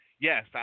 Yes